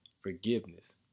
forgiveness